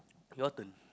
yours and